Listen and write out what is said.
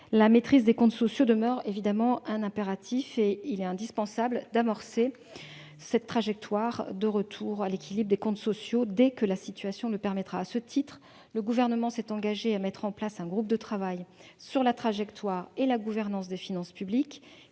la maîtrise des comptes sociaux demeure évidemment un impératif, et il est indispensable d'amorcer cette trajectoire de retour à l'équilibre dès que la situation le permettra. À ce titre, le Gouvernement s'est engagé à mettre en place un groupe de travail sur la trajectoire et la gouvernance des finances publiques.